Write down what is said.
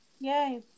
Yay